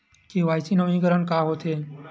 KYC नवीनीकरण का होथे?